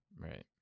Right